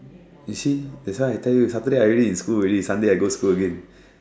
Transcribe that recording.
you see that's why I tell you Saturday I already in school already Sunday I go school again